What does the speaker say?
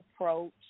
approach